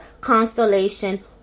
Constellation